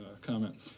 comment